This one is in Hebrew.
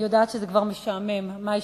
אני יודעת שזה כבר משעמם: מה,